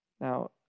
Now